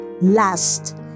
last